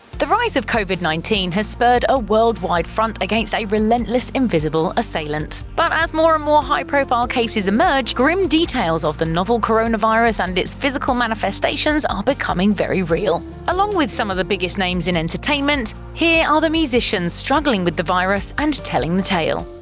the rise of covid nineteen has spurred a world-wide front against a relentless, invisible assailant. but as more and more high-profile cases emerge, grim details of the novel coronavirus and its physical manifestations are becoming very real. along with some of the biggest names in entertainment, here are ah the musicians struggling with the virus, and telling the tale.